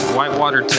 Whitewater